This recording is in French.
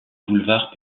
boulevard